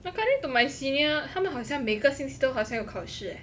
according to my senior 他们好像每个星期都好像有考试